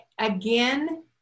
again